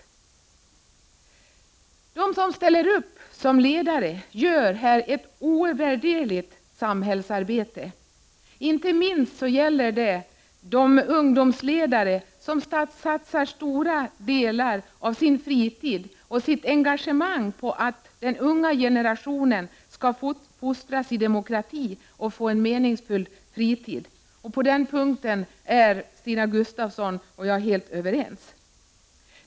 De som ställer upp som ledare gör här ett ovärderligt samhällsarbete. Inte minst gäller det de ungdomsledare som satsar stora delar av sin fritid och sitt engagemang på att den unga generationen skall fostras i demokrati och få en meningsfull fritid. På den punkten är Stina Gustavsson och jag helt överens.